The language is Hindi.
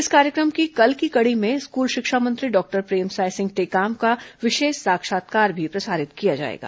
इस कार्य क्र म की कल की कड़ी में स्कूल शिक्षा मंत्री डॉक्टर प्रेमसाय सिंह टेकाम का विशेष साक्षात्कार भी प्रसारित किया जाएगा